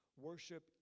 worship